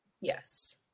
Yes